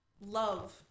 love